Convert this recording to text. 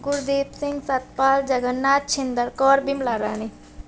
Kuldeep Singh Satpal Jagannath Chhinder Kaur Bimla Rani